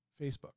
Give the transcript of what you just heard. Facebook